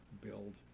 build